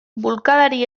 bulkadari